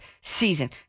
season